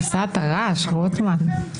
כבשת הרש, רוטמן.